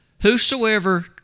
Whosoever